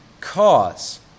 cause